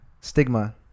stigma